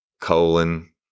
colon